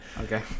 Okay